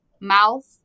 mouth